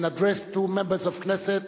addressed to the Members of the Knesset,